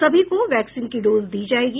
सभी को वैक्सीन की दो डोज दी जायेगी